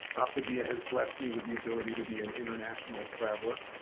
optavia has blessed me with the ability to be an international traveler.